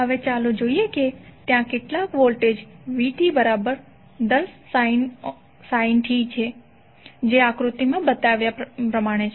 હવે ચાલો જોઈએ કે ત્યાં કેટલાક વોલ્ટેજvt10sin t છે જે આ આકૃતિમાં બતાવ્યા છે